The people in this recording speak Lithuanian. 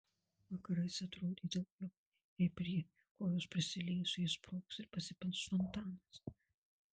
vakarais atrodydavo jei prie kojos prisiliesiu ji sprogs ir pasipils fontanas